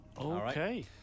Okay